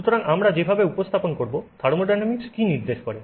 সুতরাং আমরা যেভাবে উপস্থাপন করব থার্মোডিনামিক্স কি নির্দেশ করে